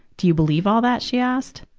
do you believe all that? she asked.